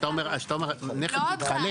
כשאתה אומר, נכס מתחלף.